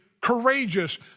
courageous